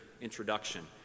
introduction